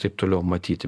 taip toliau matyti